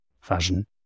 fashion